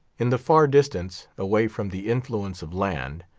in the far distance, away from the influence of land,